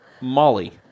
Molly